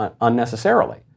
unnecessarily